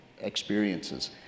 experiences